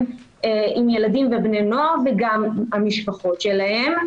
ם ילדים ובני נוער וגם המשפחות שלהם.